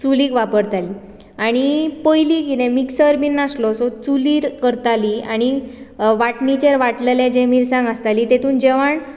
चुलीक वापरतालीं आनी पयलीं कितें मिक्सर बीन नासलो सो चुलीर करतालीं आनी वाटणीचेर वांट्टलेले जे मिरसांग आसताली तातूंत जेवण